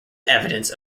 evidence